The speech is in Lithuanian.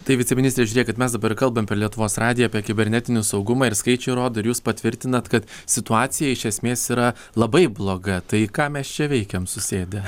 tai viceministre žiūrėkit mes dabar kalbam per lietuvos radiją apie kibernetinį saugumą ir skaičiai rodo ir jūs patvirtinat kad situacija iš esmės yra labai bloga tai ką mes čia veikiam susėdę